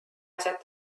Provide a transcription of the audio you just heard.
asjad